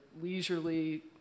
leisurely